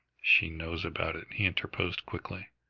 she knows about it, he interposed quickly.